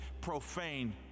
profane